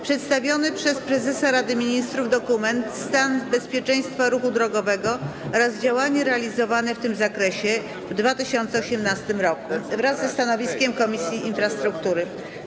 Przedstawiony przez prezesa Rady Ministrów dokument: „Stan bezpieczeństwa ruchu drogowego oraz działania realizowane w tym zakresie w 2018 r.” wraz ze stanowiskiem Komisji Infrastruktury.